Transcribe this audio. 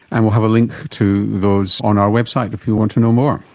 and we'll have a link to those on our website if you want to know more.